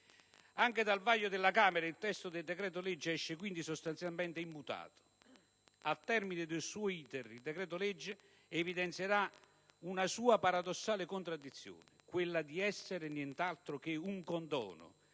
Anche dal vaglio della Camera il testo del decreto-legge esce quindi sostanzialmente immutato. Al termine del suo *iter*, il decreto-legge evidenzierà una sua paradossale contraddizione, quella di essere nient'altro che un condono: